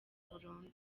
burundu